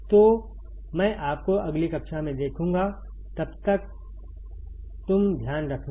तो मैं आपको अगली कक्षा में देखूंगा तब तक तुम ध्यान रखना